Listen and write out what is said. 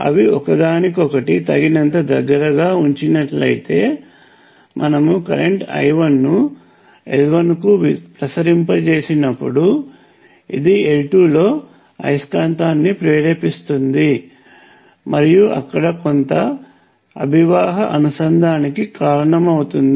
అవి ఒకదానికొకటి తగినంతగా దగ్గరగా ఉంచినట్లయితే మనము కరెంట్ I1 ను L1 కు ప్రసరింపచేసినపుడు ఇది L2 లో అయస్కాంతాన్ని ప్రేరేపిస్తుంది మరియు అక్కడ కొంత అభివాహ అనుసంధానానికి కారణమవుతుంది